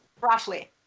Roughly